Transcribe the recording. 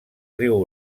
riu